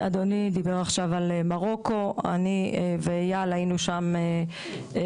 אדוני דיבר על מרוקו, אני ואייל היינו שם ביוני,